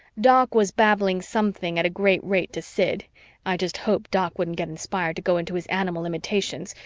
doc was babbling something at a great rate to sid i just hoped doc wouldn't get inspired to go into his animal imitations,